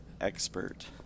expert